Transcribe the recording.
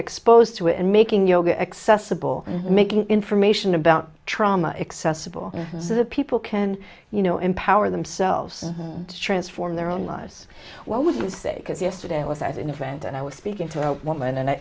exposed to it and making yoga accessible making information about trauma accessible so that people can you know empower themselves to transform their own lives what would you say because yesterday i was at an event and i was speaking to one woman and